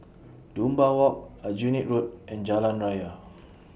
Dunbar Walk Aljunied Road and Jalan Raya